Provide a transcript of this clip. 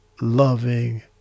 loving